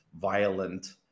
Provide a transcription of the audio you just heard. violent